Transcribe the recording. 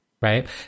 right